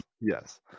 Yes